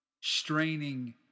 straining